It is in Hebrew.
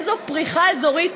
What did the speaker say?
איזו פריחה אזורית תהיה,